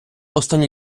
останні